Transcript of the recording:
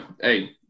hey